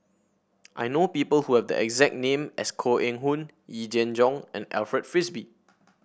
I know people who have the exact name as Koh Eng Hoon Yee Jenn Jong and Alfred Frisby